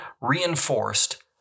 reinforced